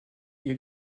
ihr